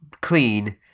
clean